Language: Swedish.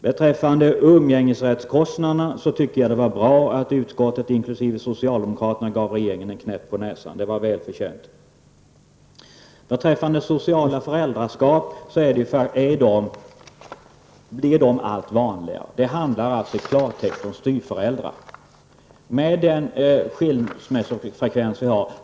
I frågan om umgängesrättskostnaderna tycker jag det var bra att utskottet inkl. socialdemokraterna gav regeringen en knäpp på näsan. Det var välförtjänt. Sociala föräldraskap blir allt vanligare. Det handlar i klartext om styvföräldrar som förekommer så frekvent i dag.